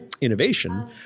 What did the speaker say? innovation